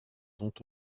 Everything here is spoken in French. dont